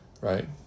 right